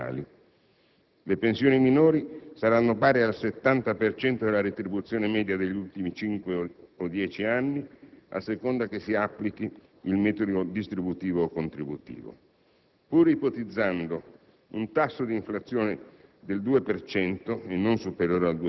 lavoreranno meno ma percepiranno una pensione destinata a decrescere fortemente in termini reali. Le pensioni minori saranno pari al 70 per cento della retribuzione media degli ultimi cinque anni o dieci anni, a seconda che si applichi il metodo retributivo o contributivo.